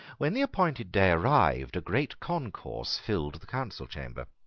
when the appointed day arrived, a great concourse filled the council chamber.